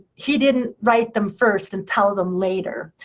he didn't write them first and tell them later.